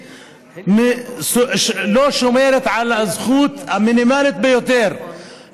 שלא שומרת על הזכות המינימלית ביותר,